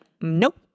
nope